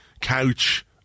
couch